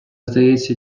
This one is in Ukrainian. здається